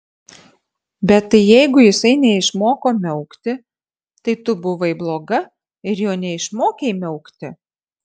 bet tai jeigu jisai neišmoko miaukti tai tu buvai bloga ir jo neišmokei miaukti